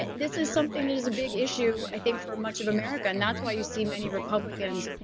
ah this is something that is a big issue, i think, for much of america, and that's why you see many republicans,